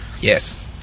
yes